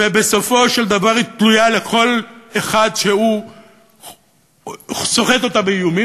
ובסופו של דבר היא תלויה בכל אחד שסוחט אותה באיומים,